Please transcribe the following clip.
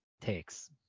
takes